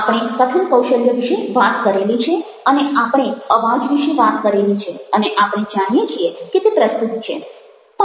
આપણે કથન કૌશલ્ય વિશે વાત કરેલી છે અને આપણે અવાજ વિશે વાત કરેલી છે અને આપણે જાણીએ છીએ કે તે પ્રસ્તુત છે